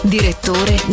Direttore